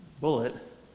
bullet